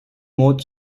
more